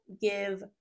give